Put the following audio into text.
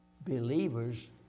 Believers